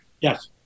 Yes